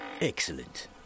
Excellent